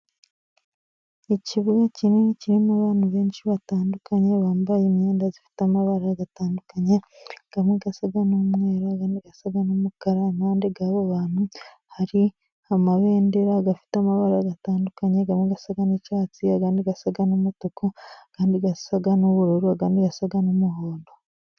Ikibuga kinini kirimo abantu benshi batandukanye, bambaye imyenda ifite amabara atandukanye, amwe asa n'umweru, ayandi asa n'umukara, impande yabo bantu, hari amabendera afite amabara atandukanye, amwe asa n'icyatsi, ayandi asa n'umutuku, ayandi asa n'ubururu, ayandi asa n'umuhondo.